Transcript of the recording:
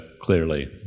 clearly